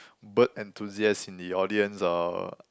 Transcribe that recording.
bird enthusiast in the audience or